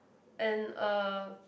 and uh